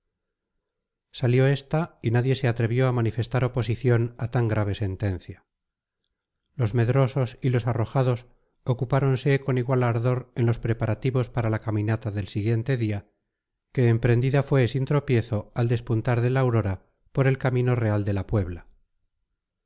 salió esta y nadie se atrevió a manifestar oposición a tan grave sentencia los medrosos y los arrojados ocupáronse con igual ardor en los preparativos para la caminata del siguiente día que emprendida fue sin tropiezo al despuntar de la aurora por el camino real de la puebla